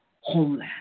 homeland